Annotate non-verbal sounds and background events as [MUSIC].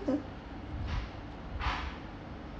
mm [LAUGHS]